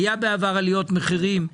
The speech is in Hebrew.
היו בעבר עליות מחירים.